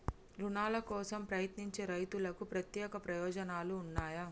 రుణాల కోసం ప్రయత్నించే రైతులకు ప్రత్యేక ప్రయోజనాలు ఉన్నయా?